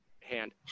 hand